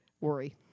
worry